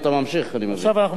אתה ממשיך, אני מבין, לחוק.